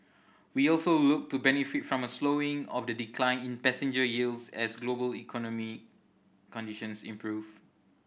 we also look to benefit from a slowing of the decline in passenger yields as global economic conditions improve